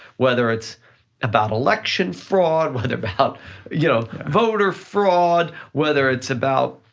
whether it's about election fraud, whether about you know voter fraud, whether it's about,